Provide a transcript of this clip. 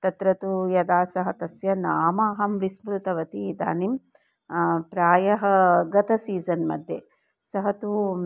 तत्र तु यदा सः तस्य नाम अहं विस्मृतवती इदानीं प्रायः गत सीज़न्मध्ये सः तु